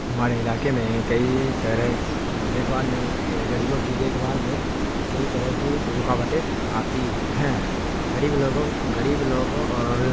ہمارے علاقے میں کئی طرح دیکھ بھال میں غریبوں کی دیکھ بھال میں کئی طرح کی رکاوٹیں آتی ہیں غریب لوگوں غریب لوگوں اور